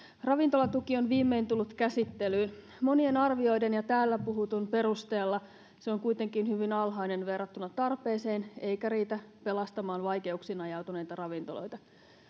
ravintolatuki on viimein tullut käsittelyyn monien arvioiden ja täällä puhutun perusteella se on kuitenkin hyvin alhainen verrattuna tarpeeseen eikä riitä pelastamaan vaikeuksiin ajautuneita ravintoloita